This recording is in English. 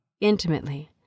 intimately